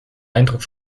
eindruck